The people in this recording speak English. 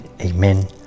Amen